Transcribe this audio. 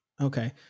okay